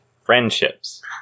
friendships